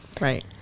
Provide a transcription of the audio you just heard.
right